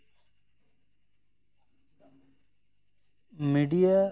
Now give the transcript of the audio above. media